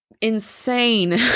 insane